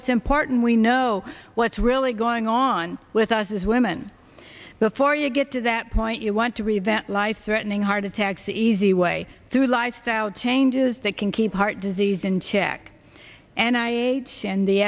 it's important we know what's really going on with us as women before you get to that point you want to revenge life threatening heart attacks the easy way through lifestyle changes that can keep heart disease in check and i